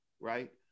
right